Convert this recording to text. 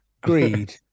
Greed